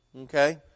Okay